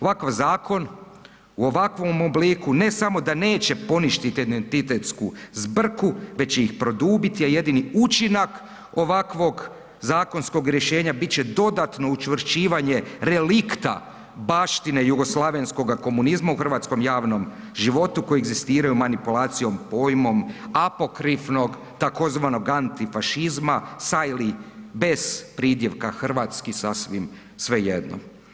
Ovakav zakon u ovakvom obliku ne samo da neće poništiti identitetsku zbrku, već će ih produbiti a jedini učinak ovakvog zakonskog rješenja bit će dodatno učvršćivanje relikta baštine jugoslavenskoga komunizma u hrvatskom javnom životu koji egzistiraju manipulacijom, pojmom apokrifnog tzv. antifašizma sa ili bez pridjevka „hrvatski“ sasvim svejedno.